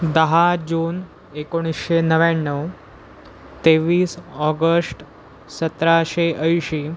दहा जून एकोणीसशे नव्याण्णव तेवीस ऑगष्ट सतराशे ऐंशी